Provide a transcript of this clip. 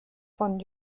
von